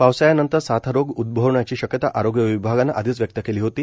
पावसाळ्यानंतर साथरोग उदभवण्याची शक्यता आरोग्य विभागानं आधीच व्यक्त केली होती